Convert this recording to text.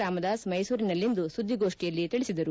ರಾಮದಾಸ್ ಮೈಸೂರಿನಲ್ಲಿಂದು ಸುದ್ದಿಗೋಷ್ಠಿಯಲ್ಲಿ ತಿಳಿಸಿದರು